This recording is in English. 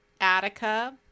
Attica